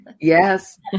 Yes